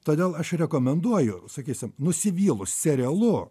todėl aš rekomenduoju sakysim nusivylus serialu